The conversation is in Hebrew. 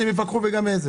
שהם יפקחו וגם יקבלו.